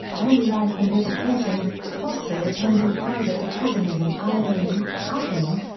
early life and education foster attended private academies in allegheny, athens,